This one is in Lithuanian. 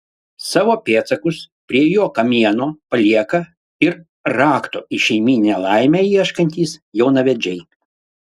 savo pėdsakus prie jo kamieno palieka ir rakto į šeimyninę laimę ieškantys jaunavedžiai